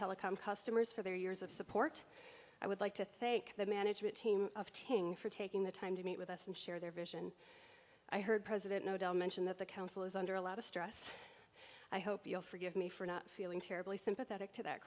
telecom customers for their years of support i would like to thank the management team of teaching for taking the time to meet with us and share their vision i heard president nobel mention that the council is under a lot of stress i hope you'll forgive me for not feeling terribly sympathetic to that